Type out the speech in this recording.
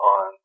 on